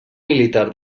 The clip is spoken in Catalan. militar